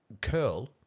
curl